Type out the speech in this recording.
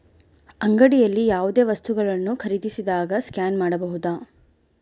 ಅಂಗಡಿಯಲ್ಲಿ ಯಾವುದೇ ವಸ್ತುಗಳನ್ನು ಖರೇದಿಸಿದಾಗ ಸ್ಕ್ಯಾನ್ ಮಾಡಬಹುದಾ?